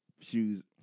shoes